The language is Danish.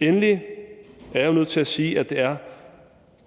Endelig er jeg jo nødt til at sige, at det er